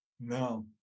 No